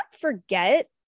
forget